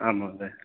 आं महोदय